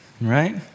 right